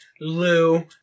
Lou